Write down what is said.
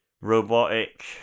robotic